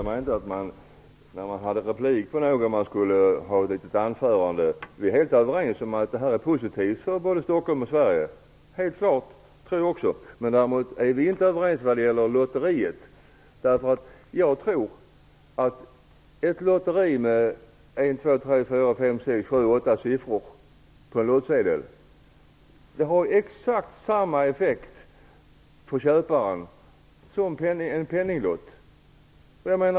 Herr talman! Jag inbillade mig inte att man skulle ha ett litet anförande när man hade en replik på någon. Vi är helt överens om att det här är positivt för både Stockholm och Sverige. Det är helt klart. Det tror jag också. Däremot är vi inte överens när det gäller lotteriet. Jag tror att ett lotteri med t.ex. åtta siffror på en lottsedel har exakt samma effekt på köparen som en penninglott.